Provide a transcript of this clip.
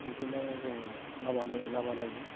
बिदिनो जोङो लामा नायै लामा नायै